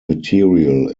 material